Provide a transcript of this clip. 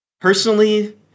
personally